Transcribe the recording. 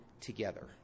together